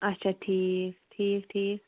اچھا ٹھیٖک ٹھیٖک ٹھیٖک